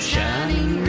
Shining